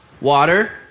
Water